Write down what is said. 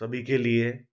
सभी के लिए